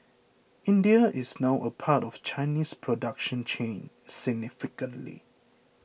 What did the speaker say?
India is now a part of the Chinese production chain significantly